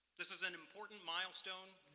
this is an important milestone,